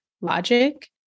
logic